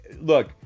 Look